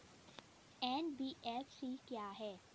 NBFC क्या है?